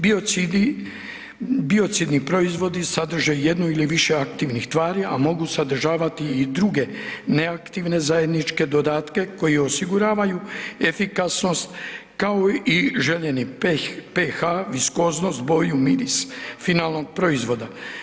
Biocidni proizvodi sadrže jednu ili više aktivnih tvari, a mogu sadržavati i druge neaktivne zajedničke dodatke koji osiguravaju efikasnost kao i željeni PH, viskoznost, boju miris finalnog proizvoda.